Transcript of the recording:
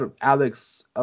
Alex